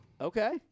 Okay